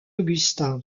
augustin